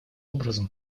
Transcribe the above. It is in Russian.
образом